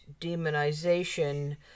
demonization